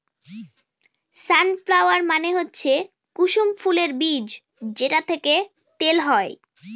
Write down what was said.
সান flower মানে হচ্ছে কুসুম ফুলের বীজ যেটা থেকে তেল হয়